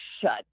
shut